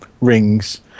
rings